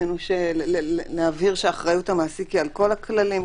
רצינו להבהיר שאחריות המעסיק היא על כל הכללים,